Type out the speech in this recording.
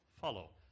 follow